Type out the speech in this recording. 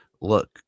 look